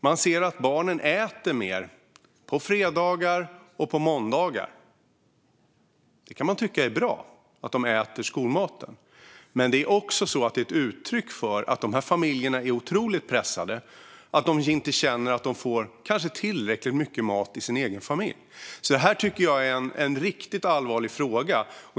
Man ser att barnen äter mer på fredagar och på måndagar. Det kan ju tyckas bra att de äter skolmaten, men det är också ett uttryck för att deras familjer är otroligt pressade och att barnen inte känner att de får tillräckligt mycket mat i sin egen familj. Detta tycker jag är en riktigt allvarlig fråga.